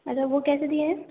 اچھا وہ کیسے دیے ہیں